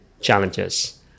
challenges